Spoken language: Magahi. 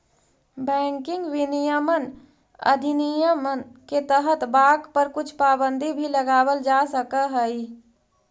बैंकिंग विनियमन अधिनियम के तहत बाँक पर कुछ पाबंदी भी लगावल जा सकऽ हइ